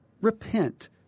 repent